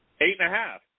Eight-and-a-half